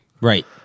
Right